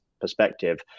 Perspective